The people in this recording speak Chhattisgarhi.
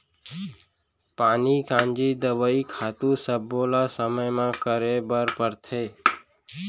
पानी कांजी, दवई, खातू सब्बो ल समे म करे बर परथे